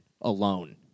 alone